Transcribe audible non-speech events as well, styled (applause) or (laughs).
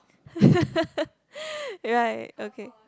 (laughs) right okay